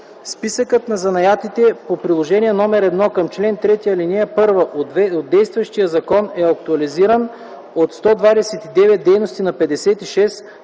Списъкът на занаятите по Приложение № 1 към чл. 3, ал. 1 от действащия закон е актуализиран от 129 дейности на 56, като